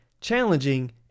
challenging